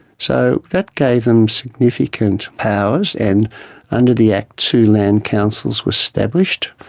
so that gave them significant powers, and under the act two land councils were established,